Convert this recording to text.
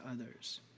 others